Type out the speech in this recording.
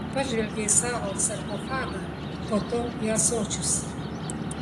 pažvelgė į savo sarkofagą po to į ąsočius